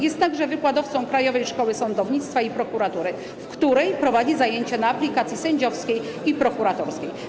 Jest także wykładowcą Krajowej Szkoły Sądownictwa i Prokuratury, w której prowadzi zajęcia na aplikacji sędziowskiej i prokuratorskiej.